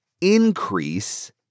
increase